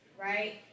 right